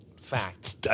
Fact